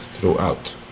throughout